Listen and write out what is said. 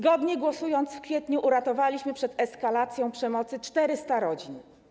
Głosując zgodnie w kwietniu, uratowaliśmy przed eskalacją przemocy 400 rodzin.